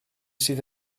sydd